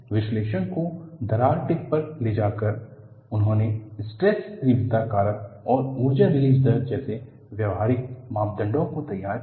विश्लेषण को दरार टिप पर ले जाकर उन्होंने स्ट्रेस तीव्रता कारक और ऊर्जा रिलीज दर जैसे व्यावहारिक मापदंडों को तैयार किया